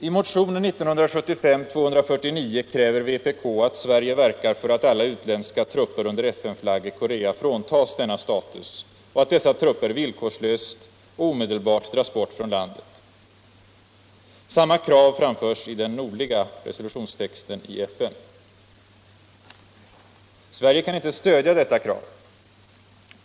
I motionen 1975:249 kräver vpk att Sverige skall verka för att alla utländska trupper under FN-flagg i Korea fråntas denna status och att dessa trupper villkorslöst och omedelbart dras bort från landet. Samma krav framförs i den nordliga resolutionstexten i FN. Sverige kan inte stödja detta krav.